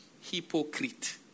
hypocrite